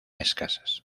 escasas